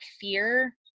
fear